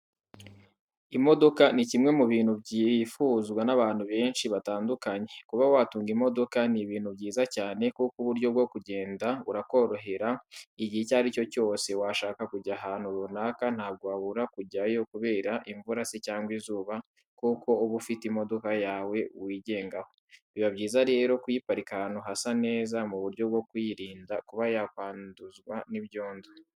Imodoka ni kimwe mu bintu byifuzwa n'abantu benshi batandukanye, kuba watunga imodoka ni ibintu byiza cyane kuko uburyo bwo kugenda burakorohera igihe icyo ari cyo cyose washaka kujya ahantu runaka ntabwo wabura kujyayo kubera imvura se cyangwa izuba kuko uba ufite imodoka yawe wigengaho, biba byiza rero kuyiparika ahantu hasa neza mu buryo bwo kuyirinda kuba yakwanduzwa n'ibyondo.